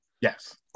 Yes